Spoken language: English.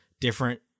different